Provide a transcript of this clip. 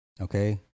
Okay